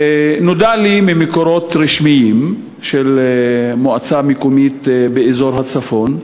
נודע לי ממקורות רשמיים של מועצה מקומית באזור הצפון,